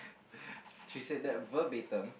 she said that verbatim